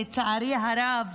לצערי הרב,